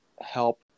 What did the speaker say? help